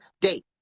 date